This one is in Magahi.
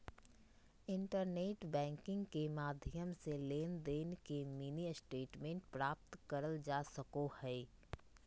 इंटरनेट बैंकिंग के माध्यम से लेनदेन के मिनी स्टेटमेंट प्राप्त करल जा सको हय